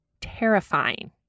terrifying